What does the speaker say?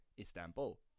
Istanbul